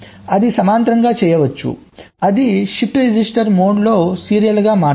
అది సమాంతరంగా చేయవచ్చు అది షిఫ్ట్ రిజిస్టర్ మోడ్లో సీరియల్గా మార్చాలి